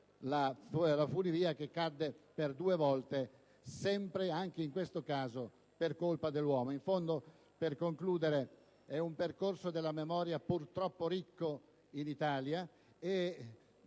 la funivia che cadde per due volte, anche in questo caso per colpa dell'uomo. In conclusione, si tratta di un percorso della memoria purtroppo ricco in Italia,